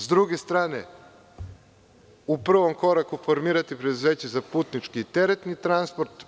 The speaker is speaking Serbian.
Sa druge strane, u prvom koraku – formirati preduzeće za putnički i teretni transport.